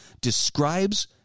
describes